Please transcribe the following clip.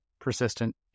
persistent